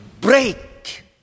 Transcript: break